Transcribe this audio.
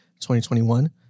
2021